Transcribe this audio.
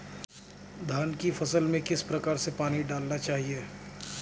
धान की फसल में किस प्रकार से पानी डालना चाहिए?